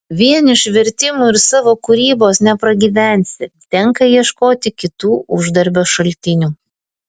vien iš vertimų ir savo kūrybos nepragyvensi tenka ieškoti kitų uždarbio šaltinių